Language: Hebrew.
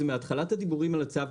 זה מהתחלת הדיבורים על הצו.